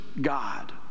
God